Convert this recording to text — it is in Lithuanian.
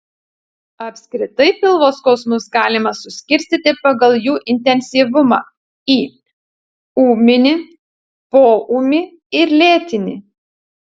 apskritai pilvo skausmus galima suskirstyti pagal jų intensyvumą į ūminį poūmį ir lėtinį